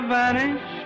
vanish